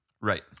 Right